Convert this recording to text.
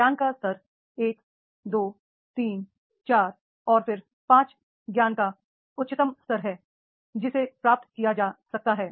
ज्ञान का स्तर १ २ ३ ४ और फिर ५ ज्ञान का उच्चतम स्तर है जिसे प्राप्त किया जा सकता है